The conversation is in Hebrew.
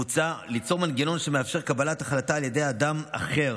מוצע ליצור מנגנון שמאפשר קבלת החלטה על ידי אדם אחר